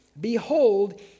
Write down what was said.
behold